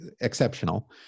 exceptional